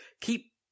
keep